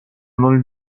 non